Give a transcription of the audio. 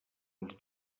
els